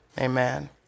amen